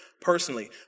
personally